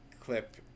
clip